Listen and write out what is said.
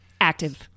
active